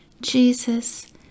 Jesus